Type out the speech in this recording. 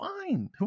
fine